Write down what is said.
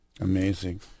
Amazing